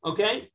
Okay